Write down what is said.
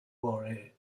worry